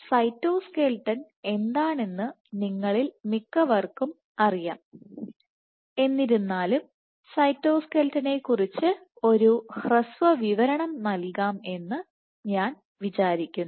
cytoskeleton എന്താണെന്ന് നിങ്ങളിൽ മിക്കവർക്കും അറിയാം എന്നിരുന്നാലും സൈറ്റോസ്ക്ലെട്ടനെക്കുറിച്ച് ഒരു ഹൃസ്വ വിവരണം നൽകാം എന്ന് ഞാൻ വിചാരിക്കുന്നു